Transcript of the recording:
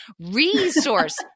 resource